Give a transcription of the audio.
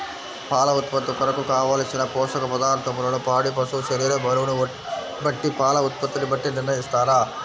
పాల ఉత్పత్తి కొరకు, కావలసిన పోషక పదార్ధములను పాడి పశువు శరీర బరువును బట్టి పాల ఉత్పత్తిని బట్టి నిర్ణయిస్తారా?